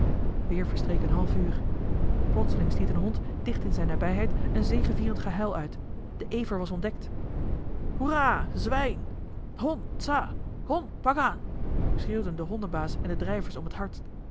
verstreek een half uur plotseling stiet een hond dicht in zijne nabijheid een zegevierend gehuil uit de ever was ontdekt hoera zwijn hond tsa hond pak aan schreeuwden de hondenbaas en de drijvers om het hardst